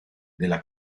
della